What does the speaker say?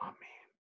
Amen